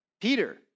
Peter